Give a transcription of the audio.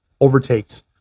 overtakes